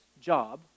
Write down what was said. job